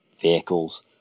vehicles